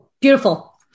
beautiful